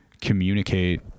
communicate